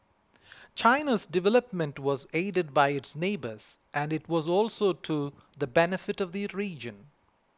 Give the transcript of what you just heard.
China's development was aided by its neighbours and it was also to the benefit of the region